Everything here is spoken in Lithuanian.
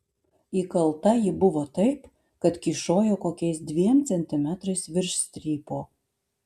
įkalta ji buvo taip kad kyšojo kokiais dviem centimetrais virš strypo